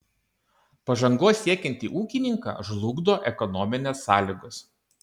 pažangos siekiantį ūkininką žlugdo ekonominės sąlygos